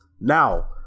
Now